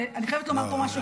ואני חייבת לומר פה משהו.